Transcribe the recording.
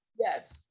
Yes